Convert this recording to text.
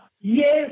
yes